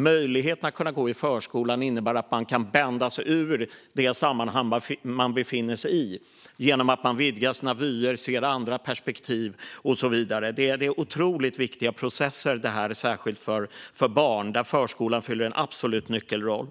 Möjligheten att gå i förskolan innebär att man kan bända sig ur det sammanhang som man befinner sig i genom att man vidgar sina vyer, ser andra perspektiv och så vidare. Detta är otroligt viktiga processer, särskilt för barn där förskolan fyller en nyckelroll.